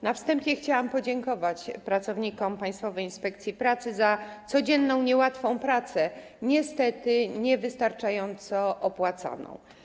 Na wstępie chciałam podziękować pracownikom Państwowej Inspekcji Pracy za codzienną, niełatwą pracę, niestety niewystarczająco opłacaną.